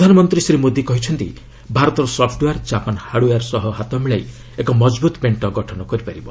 ପ୍ରଧାନମନ୍ତ୍ରୀ ଶ୍ରୀ ମୋଦି କହିଛନ୍ତି ଭାରତର ସଫ୍ଟୱେୟାର୍ ଜାପାନ୍ ହାର୍ଡ଼ଓ୍ୱେୟାର ସହ ହାତ ମିଳାଇ ଏକ ମଜବୁତ୍ ମେଣ୍ଟ ଗଠନ କରିପାରିବ